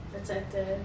protected